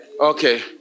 Okay